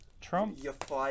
Trump